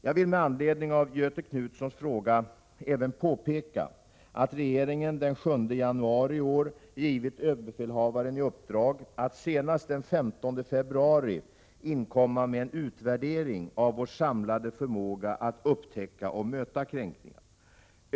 Jag vill med anledning av Göthe Knutsons fråga även påpeka att regeringen den 7 januari i år givit överbefälhavaren i uppdrag att senast den 15 februari inkomma med en utvärdering av vår samlade förmåga att upptäcka och möta kränkningar.